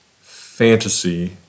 fantasy